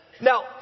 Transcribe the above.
now